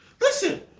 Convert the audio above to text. Listen